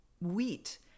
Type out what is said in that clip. wheat